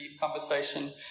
conversation